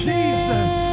Jesus